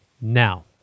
now